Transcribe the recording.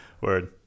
Word